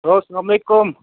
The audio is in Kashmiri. ہیٚلو سلام علیکُم